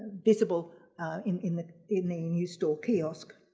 visible in in the in the new store kiosk.